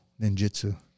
ninjutsu